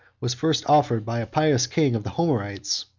was first offered by a pious king of the homerites,